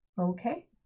Okay